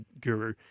guru